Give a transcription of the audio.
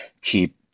keep